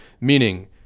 meaning